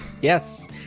Yes